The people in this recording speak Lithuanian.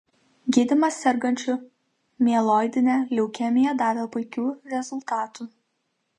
gydymas sergančių mieloidine leukemija davė puikių rezultatų